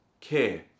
Care